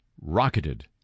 rocketed